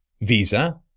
visa